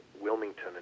Wilmington